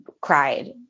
cried